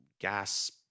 gas